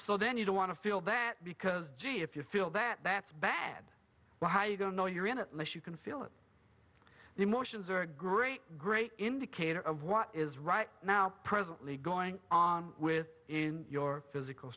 so then you don't want to feel that because gee if you feel that that's bad why you don't know you're in a mess you can feel it the emotions are great great indicator of what is right now presently going on with in your physical